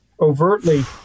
overtly